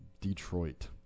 Detroit